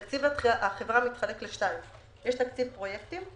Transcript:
תקציב החברה מתחלק לשניים: תקציב פרויקטים,